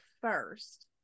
first